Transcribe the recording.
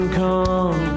come